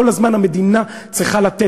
כל הזמן המדינה צריכה לתת.